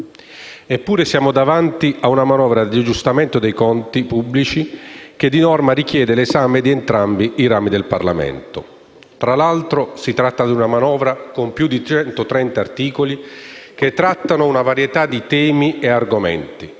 Eppure siamo davanti a una manovra di aggiustamento dei conti pubblici che di norma richiede l'esame di entrambi i rami del Parlamento. Tra l'altro, si tratta di un manovra con più di 130 articoli che trattano una varietà di temi e argomenti.